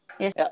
Yes